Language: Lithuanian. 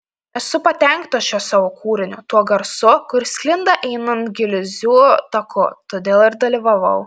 esu patenkinta šiuo savo kūriniu tuo garsu kuris sklinda einant gilzių taku todėl ir dalyvavau